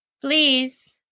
please